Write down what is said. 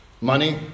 Money